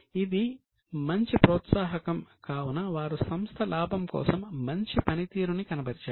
ఇది మంచి ప్రోత్సాహకం కావున వారు సంస్థ లాభం కోసం మంచి పనితీరు కనబరిచారు